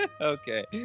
Okay